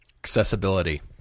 accessibility